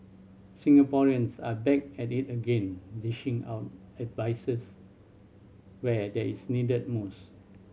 Singaporeans are back at it again dishing out advices where that is needed most